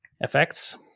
effects